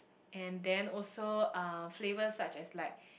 and then also uh flavours such as like